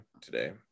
today